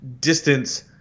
distance